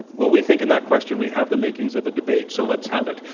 well, we think and that question, we have the makings of a debate. so, let's have it.